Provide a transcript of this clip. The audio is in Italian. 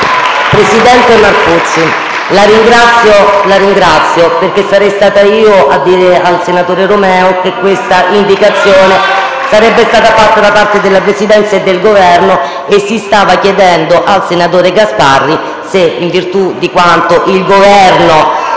Senatore Marcucci, la ringrazio perché sarei stata io a dire al senatore Romeo che questa indicazione sarebbe venuta da parte della Presidenza e del rappresentante del Governo. Si stava chiedendo al senatore Gasparri se, in virtù di quanto il Governo